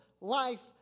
life